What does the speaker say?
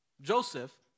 Joseph